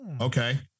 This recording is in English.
Okay